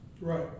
Right